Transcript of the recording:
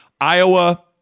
Iowa